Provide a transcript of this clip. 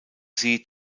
sie